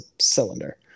cylinder